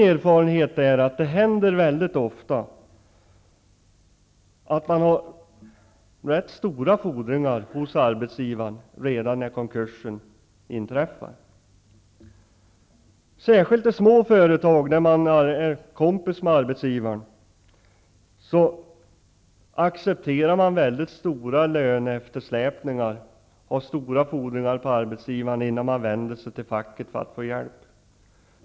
Det händer ofta att man har rätt stora fordringar på arbetsgivaren redan när konkursen inträffar. Särskilt i små företag, där man är kompis med arbetsgivaren, accepterar man stora löneeftersläpningar innan man vänder sig till facket för att få hjälp.